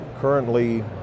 currently